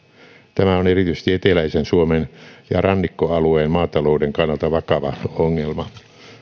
tämä on erityisesti eteläisen suomen ja rannikkoalueen maatalouden kannalta vakava ongelma